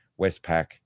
Westpac